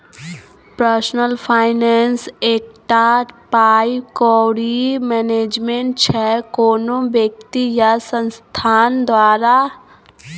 personal finance एकटा पाइ कौड़ी मैनेजमेंट छै कोनो बेकती या संस्थान द्वारा